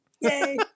Yay